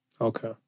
Okay